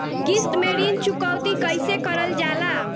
किश्त में ऋण चुकौती कईसे करल जाला?